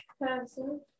person